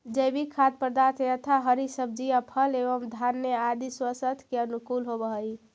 जैविक खाद्य पदार्थ यथा हरी सब्जियां फल एवं धान्य आदि स्वास्थ्य के अनुकूल होव हई